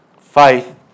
faith